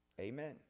Amen